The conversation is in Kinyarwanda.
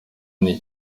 n’iki